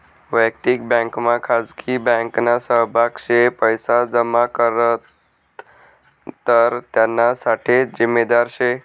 वयक्तिक बँकमा खाजगी बँकना सहभाग शे पैसा जमा करात तर त्याना साठे जिम्मेदार शे